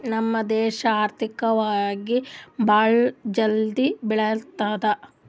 ನಮ್ ದೇಶ ಆರ್ಥಿಕವಾಗಿ ಭಾಳ ಜಲ್ದಿ ಬೆಳಿಲತ್ತದ್